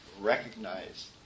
Recognize